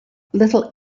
little